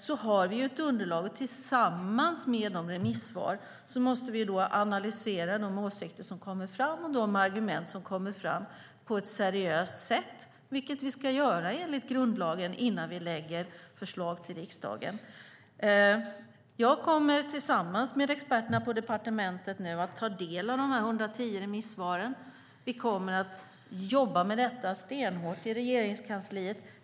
Vi har ett underlag, och tillsammans med remissvaren måste vi analysera de åsikter och de argument som kommer fram på ett seriöst sätt, vilket vi också ska göra enligt grundlagen innan vi lägger fram förslag till riksdagen. Jag kommer tillsammans med experterna på departementet nu att ta del av de 110 remissvaren. Vi kommer att jobba stenhårt med detta i Regeringskansliet.